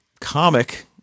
comic